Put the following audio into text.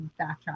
backtrack